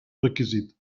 requisit